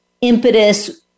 impetus